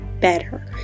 better